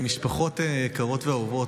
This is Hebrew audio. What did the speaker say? משפחות יקרות ואהובות,